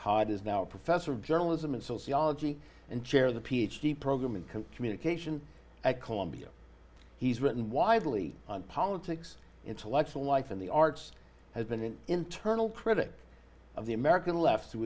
tide is now a professor of journalism and sociology and chair of the ph d program and communication at columbia he's written widely on politics intellectual life in the arts has been an internal critic of the american left t